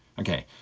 okay,